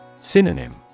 Synonym